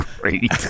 great